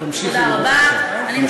תמשיכי בבקשה.